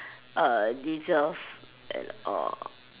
uh deserve and all